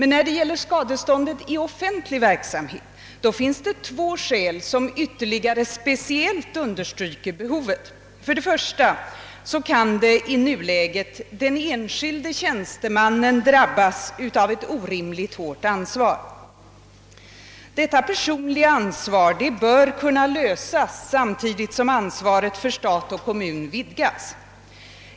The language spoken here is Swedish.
När det gäller skadestånd i offentlig verksamhet finns det två skäl som ytterligare speciellt understryker behovet. För det första kan i nuläget den enskilde tjänstemannen drabbas av ett orimligt hårt ansvar. Detta personliga ansvar bör kunna lättas samtidigt som ansvaret för stat och kommun vidgas.